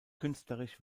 künstlerisch